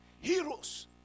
heroes